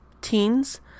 teens